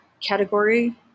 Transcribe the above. category